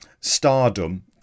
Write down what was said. stardom